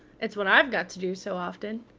it's what i've got to do so often.